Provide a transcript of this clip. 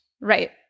Right